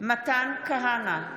מתן כהנא,